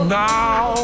now